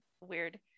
weird